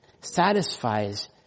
satisfies